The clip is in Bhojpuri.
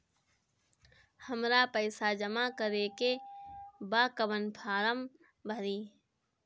हमरा पइसा जमा करेके बा कवन फारम भरी?